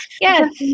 yes